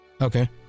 Okay